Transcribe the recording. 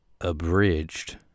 Abridged